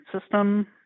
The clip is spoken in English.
system